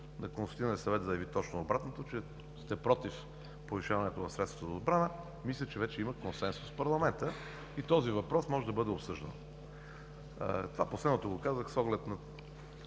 на Консултативния съвет заяви точно обратното – че сте против повишаването на средствата за отбрана, мисля, че вече има консенсус в парламента и този въпрос може да бъде обсъждан. Това последното го казах с оглед на